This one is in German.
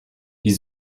die